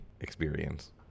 experience